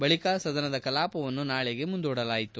ಬಳಿಕ ಸದನ ಕಲಾಪವನ್ನು ನಾಳೆಗೆ ಮುಂದೂಡಲಾಯಿತು